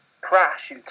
crash